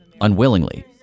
unwillingly